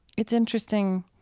it's interesting.